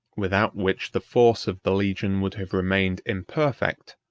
without which the force of the legion would have remained imperfect,